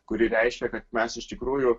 kuri reiškia kad mes iš tikrųjų